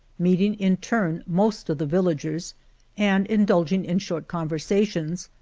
meeting in turn most of the villagers and indulging in short conversations,